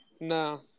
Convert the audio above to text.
No